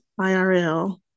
IRL